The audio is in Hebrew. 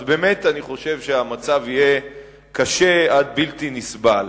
אז אני חושב שהמצב באמת יהיה קשה עד בלתי נסבל.